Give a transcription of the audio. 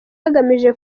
agamije